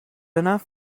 enough